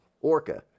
orca